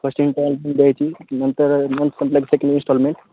first installment द्यायची नंतर month संपला की सेकंड इंस्टॉलमेंट